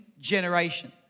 generation